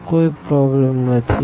તો કોઈ પ્રોબ્લેમ નથી